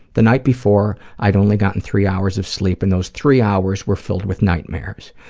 the night before, i'd only gotten three hours of sleep, and those three hours were filled with nightmares.